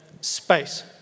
space